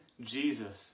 Jesus